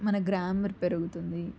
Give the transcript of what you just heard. మన గ్రామర్ పెరుగుతుంది